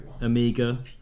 Amiga